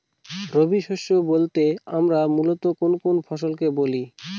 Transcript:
রবি শস্য বলতে আমরা মূলত কোন কোন ফসল কে বলি?